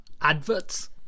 adverts